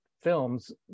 films